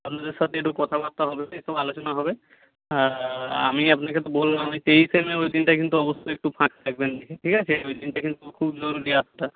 সাথে একটু কথাবার্তা হবে একটু আলোচনা হবে আর আমি আপনাকে তো বললামই তেইশে মে ওই দিনটা কিন্তু অবশ্যই একটু ফাঁক থাকবেন ঠিক আছে ওই দিনটা কিন্তু খুব জরুরি আসাটা